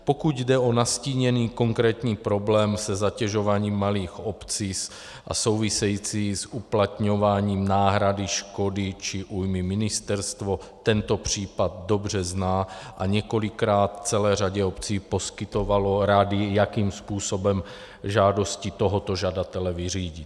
Pokud jde o nastíněný konkrétní problém se zatěžováním malých obcí související s uplatňováním náhrady škody či újmy, ministerstvo tento případ dobře zná a několikrát celé řadě obcí poskytovalo rady, jakým způsobem žádosti tohoto žadatele vyřídit.